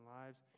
lives